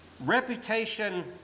reputation